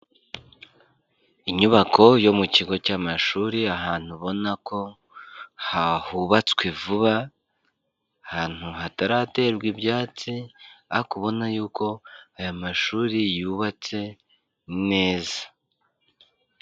Inyubako yo mu kigo cy'amashuri ahantu ubona ko hubatswe vuba, ahantu hataraterwa ibyatsi ariko ubona y'uko aya mashuri yubatse neza.